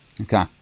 Okay